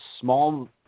small –